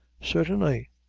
certainly!